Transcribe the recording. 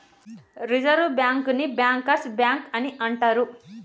reserve బ్యాంకుని bankers bank అని అంటరు